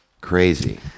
Crazy